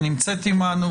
שנמצאת עמנו,